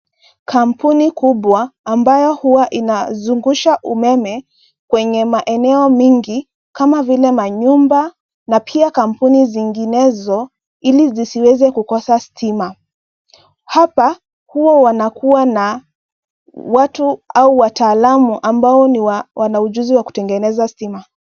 Kampuni kubwa ambayo huwa inazungusha umeme kwenye maeneo mingi kama vile manyumba na pia kampuni zinginezo ili zisiweze kukosa stima. Hapa huwa wanakuwa na watu au wataalamu ambao wana ujuzi wa kutengeneza stima.